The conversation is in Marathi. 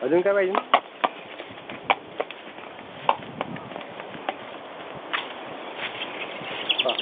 अजून काय पाहिजेन हा